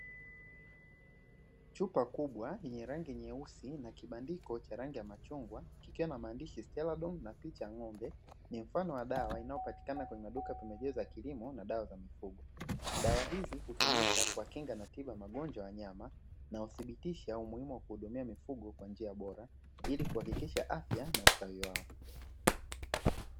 Chupa kubwa yenye rangi nyeusi na kibandiko cha rangi ya machungwa kikiwa na maandishi stella don na picha ya ng'ombe ni mfano wa dawa inayopatikana kwenye maduka pembejeo za kilimo na dawa za mifugo dawa hizi hutumika kwa kinga na tiba magonjwa ya nyama na uthibitisho au umuhimu wa kuhudumia mifugo kwa njia bora ili kuhakikisha afya na ustawi wao.